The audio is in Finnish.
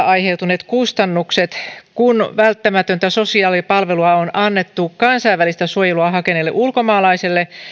aiheutuneet kustannukset kun välttämätöntä sosiaalipalvelua on annettu kansainvälistä suojelua hakeneelle ulkomaalaiselle